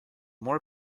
more